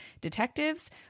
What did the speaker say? detectives